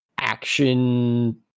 action